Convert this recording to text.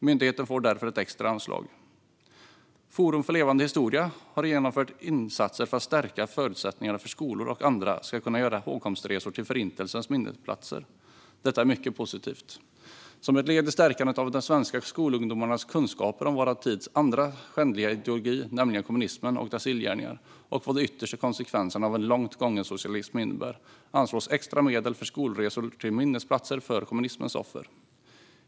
Myndigheten får därför ett extra anslag. Forum för levande historia har genomfört insatser för att stärka förutsättningarna för att skolor och andra ska kunna göra hågkomstresor till Förintelsens minnesplatser. Detta är mycket positivt. Som ett led i stärkandet av svenska skolungdomars kunskaper om vår tids andra skändliga ideologi, nämligen kommunismen, och dess illgärningar samt vad de yttersta konsekvenserna av långt gången socialism innebär anslås extra medel för skolresor till minnesplatser för kommunismens offer.